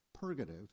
purgative